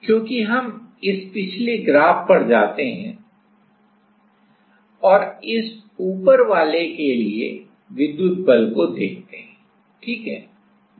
क्योंकि हम इस पिछले ग्राफ पर जाते हैं और इस ऊपर वाले के लिए विद्युत बल को देखते हैं सही है